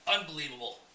Unbelievable